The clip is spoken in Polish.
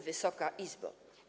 Wysoka Izbo!